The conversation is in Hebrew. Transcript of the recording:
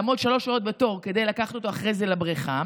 לעמוד שלוש שעות בתור כדי לקחת אותו אחרי זה לבריכה,